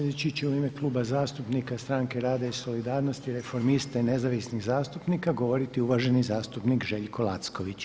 Sljedeći će u ime Kluba zastupnika Stranke rada i solidarnosti, Reformista i nezavisnih zastupnika govoriti uvaženi zastupnik Željko Lacković.